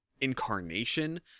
incarnation